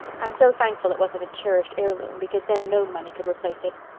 i'm so thankful it wasn't a cherished heirloom because then no money could replace it.